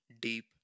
deep